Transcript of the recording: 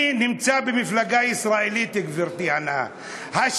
אני נמצא במפלגה ישראלית, גברתי הנאווה.